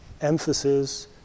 emphasis